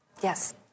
Yes